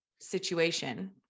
situation